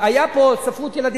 שהיה ביום חמישי.